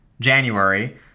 January